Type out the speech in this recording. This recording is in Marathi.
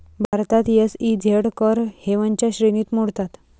भारतात एस.ई.झेड कर हेवनच्या श्रेणीत मोडतात